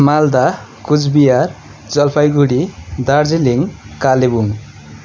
Malda Cooch Behar Jalpaiguri Darjeeling Kalimpong